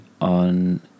on